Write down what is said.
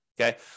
okay